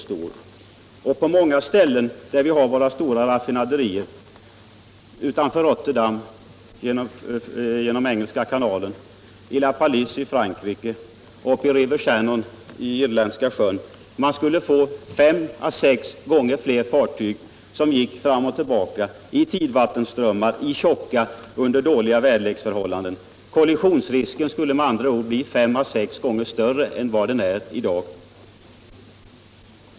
Utanför många ställen där vi har stora raffinaderier — utanför Rotterdam i Engelska kanalen, Lapalisse i Frankrike och Shannon i Irländska sjön — skulle vi få fem å sex gånger fler fartyg som gick fram och tillbaka i tidvattenströmmar, i tjocka och under andra dåliga väderleksförhållanden. Kollisionsrisken skulle med andra ord bli fem å sex gånger större än vad den är i dag.